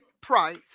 Price